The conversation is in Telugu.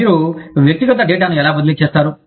మీరు వ్యక్తిగత డేటాను ఎలా బదిలీ చేస్తారు